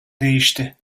değişti